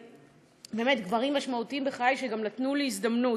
באמת, גברים משמעותיים בחיי, שגם נתנו לי הזדמנות.